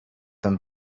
them